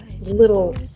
little